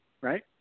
right